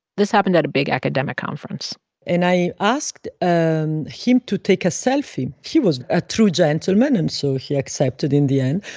this happened at a big academic conference and i asked um him to take a selfie. he was a true gentleman, and so he accepted in the end.